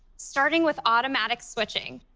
starting with automatic switching.